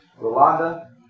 Rolanda